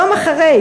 יום אחרי,